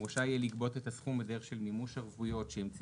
רשאי לגבות את הסכום בדרך של מימוש ערבויות שהמציא